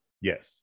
Yes